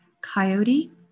Coyote